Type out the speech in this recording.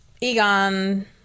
Egon